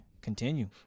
continue